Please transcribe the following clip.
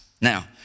Now